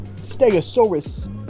stegosaurus